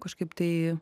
kažkaip tai